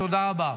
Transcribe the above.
תודה רבה.